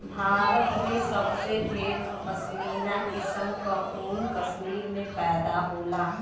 भारत में सबसे ढेर पश्मीना किसम क ऊन कश्मीर में पैदा होला